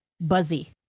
buzzy